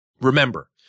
Remember